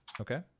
Okay